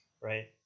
right